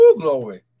glory